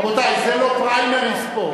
רבותי, זה לא פריימריז פה.